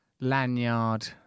Lanyard